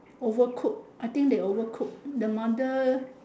overcook I think they overcook the mother